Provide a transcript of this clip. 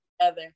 together